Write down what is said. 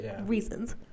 reasons